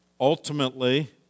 Ultimately